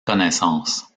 connaissance